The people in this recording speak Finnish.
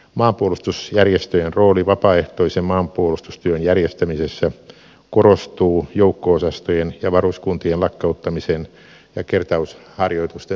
maanpuolustusjärjestöjen rooli vapaaehtoisen maanpuolustustyön järjestämisessä korostuu joukko osastojen ja varuskuntien lakkauttamisen ja kertausharjoitusten vähentämisen myötä